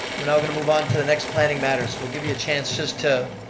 we're now going to move on to the next planning matters. we'll give you a chance just to